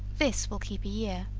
this will keep a year.